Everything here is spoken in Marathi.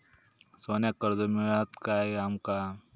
सोन्याक कर्ज मिळात काय आमका?